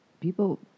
people